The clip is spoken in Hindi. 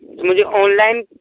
मुझे ऑनलाइन